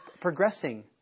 progressing